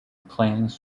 plans